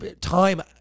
time